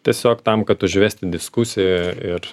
tiesiog tam kad užvesti diskusiją ir